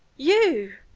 you!